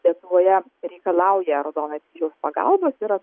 lietuvoje reikalauja raudonojo kryžiaus pagalbos yra